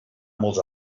molts